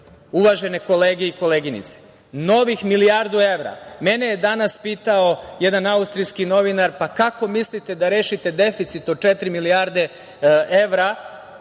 Uvažene kolege i koleginice, novih milijardu evra. Mene je danas pitao jedan austrijski novinara – kako mislite da rešite deficit od četiri milijarde evra